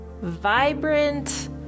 vibrant